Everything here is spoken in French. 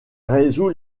résout